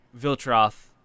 Viltroth